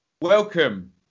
welcome